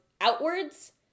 outwards